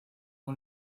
con